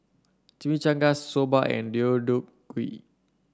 Chimichangas Soba and Deodeok Gui